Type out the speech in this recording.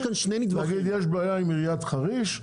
להגיד יש בעיה עם עיריית חריש,